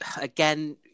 again